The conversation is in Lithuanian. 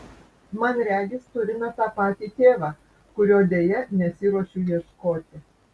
man regis turime tą patį tėvą kurio deja nesiruošiu ieškoti